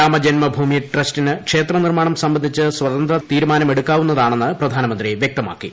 രാമജന്മഭൂമി ട്രസ്റ്റിന് ക്ഷേത്ര നിർമ്മാണം സംബന്ധിച്ച് സ്വതന്ത്ര തീരുമാനമെടുക്കാവുന്നതാണെന്ന് പ്രധാനമന്ത്രി വ്യക്തമാക്കി